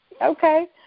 okay